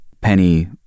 Penny